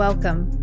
Welcome